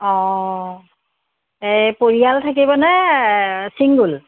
অঁ এই পৰিয়াল থাকিবনে ছিংগুল